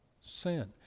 sin